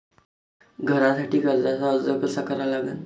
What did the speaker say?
घरासाठी कर्जाचा अर्ज कसा करा लागन?